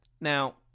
Now